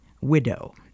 widow